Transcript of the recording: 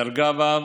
דרגה ו',